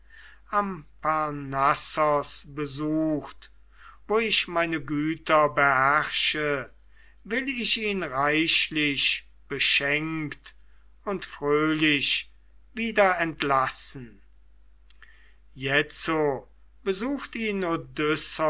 am parnassos besucht wo ich meine güter beherrsche will ich ihn reichlich beschenkt und fröhlich wieder entlassen jetzo besucht ihn